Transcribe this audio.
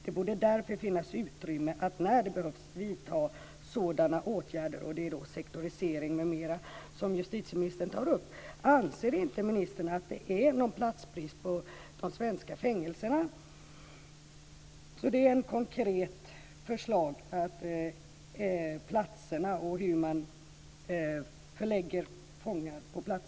"Det borde därför finnas utrymme att - när det behövs - vidta även sådana åtgärder", står det. Det är sektorisering, m.m., som justitieministern tar upp. Anser inte ministern att det är platsbrist på de svenska fängelserna? Det är ett konkret förslag som gäller platserna och hur man förlägger fångar.